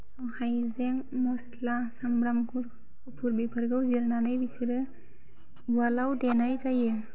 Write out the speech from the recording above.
हायजें म'स्ला सामब्राम गुफुर बेफोरखौ जिरनानै बिसोरो उवालाव देनाय जायो